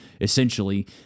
essentially